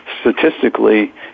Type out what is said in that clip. statistically